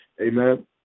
Amen